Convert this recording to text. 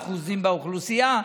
37% באוכלוסייה,